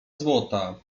złota